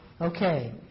Okay